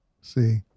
See